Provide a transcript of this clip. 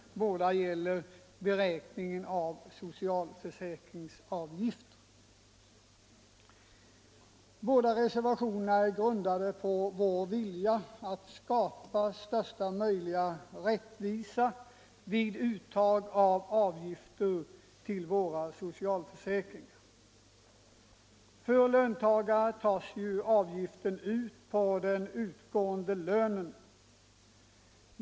Båda motionerna gäller beräkningen av socialförsäkringsavgifterna. Bägge reservationerna är grundade på vår vilja att skapa största möjliga rättvisa vid uttag av avgifter till socialförsäkringarna. När det gäller löntagare tas avgiften ut på den utgående lönen.